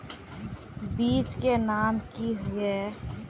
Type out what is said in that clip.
बीज के नाम की हिये?